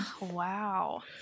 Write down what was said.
Wow